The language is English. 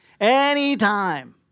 Anytime